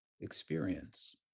experience